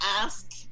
ask